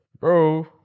Bro